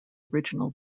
original